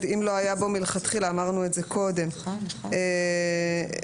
ותקנה 9(א)(6)